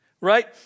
right